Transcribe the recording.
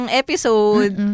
episode